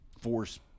force